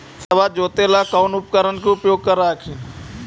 खेतबा जोते ला कौन उपकरण के उपयोग कर हखिन?